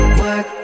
work